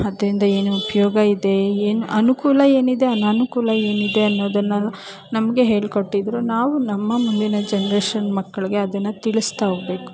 ಅದರಿಂದ ಏನು ಉಪಯೋಗವಿದೆ ಏನು ಅನುಕೂಲ ಏನಿದೆ ಅನಾನುಕೂಲ ಏನಿದೆ ಅನ್ನೋದನ್ನವರು ನಮಗೆ ಹೇಳ್ಕೊಟ್ಟಿದ್ದರು ನಾವು ನಮ್ಮ ಮುಂದಿನ ಜನ್ರೇಷನ್ ಮಕ್ಕಳಿಗೆ ಅದನ್ನು ತಿಳಿಸ್ತಾ ಹೋಗ್ಬೇಕು